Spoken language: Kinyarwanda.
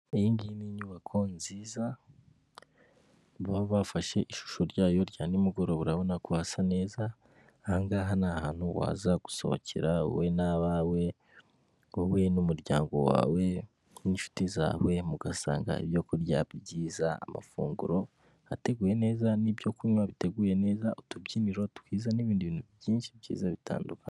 Iyi ngiyi ni inyubako nziza, baba bafashe ishusho ryayo rya nimugoroba urabona ko hasa neza, aha ngaha ni ahantu waza gusohokera wowe n'abawe, wowe n'umuryango wawe n'inshuti zawe mugasanga ibyo kurya byiza, amafunguro ateguye neza n'ibyo kunywa biteguye neza, utubyiniro twiza n'ibindi bintu byinshi byiza bitandukanye.